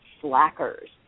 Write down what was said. slackers